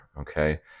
okay